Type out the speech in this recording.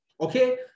Okay